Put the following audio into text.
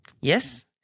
Yes